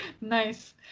Nice